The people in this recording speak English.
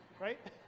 Right